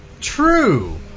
True